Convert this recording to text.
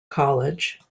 college